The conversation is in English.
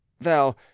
Thou